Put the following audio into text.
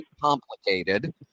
complicated